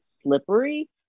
slippery